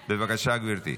בבקשה, גברתי.